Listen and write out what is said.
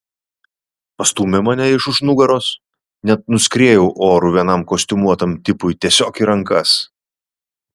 pastūmė mane iš už nugaros net nuskriejau oru vienam kostiumuotam tipui tiesiog į rankas